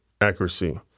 Accuracy